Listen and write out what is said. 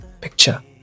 picture